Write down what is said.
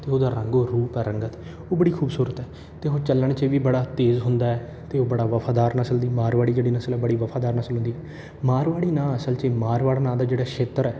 ਅਤੇ ਉਹਦਾ ਰੰਗੋ ਰੂਪ ਹੈ ਰੰਗਤ ਉਹ ਬੜੀ ਖ਼ੂਬਸੂਰਤ ਹੈ ਅਤੇ ਉਹ ਚੱਲਣ 'ਚ ਵੀ ਬੜਾ ਤੇਜ਼ ਹੁੰਦਾ ਹੈ ਅਤੇ ਉਹ ਬੜਾ ਵਫ਼ਾਦਾਰ ਨਸਲ ਦੀ ਮਾਰਵਾੜੀ ਜਿਹੜੀ ਨਸਲ ਬੜੀ ਵਫ਼ਾਦਾਰ ਨਸਲ ਹੁੰਦੀ ਮਾਰਵਾੜੀ ਨਾਂ ਅਸਲ 'ਚ ਮਾਰਵਾੜਨ ਨਾਂ ਦਾ ਜਿਹੜਾ ਛੇਤਰ ਹੈ